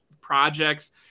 projects